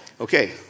Okay